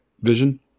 Vision